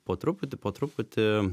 po truputį po truputį